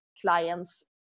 clients